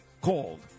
called